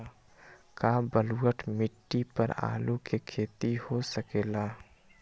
का बलूअट मिट्टी पर आलू के खेती हो सकेला?